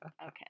Okay